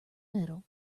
middle